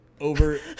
over